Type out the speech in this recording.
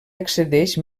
accedeix